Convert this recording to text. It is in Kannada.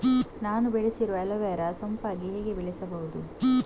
ನಾನು ಬೆಳೆಸಿರುವ ಅಲೋವೆರಾ ಸೋಂಪಾಗಿ ಹೇಗೆ ಬೆಳೆಸಬಹುದು?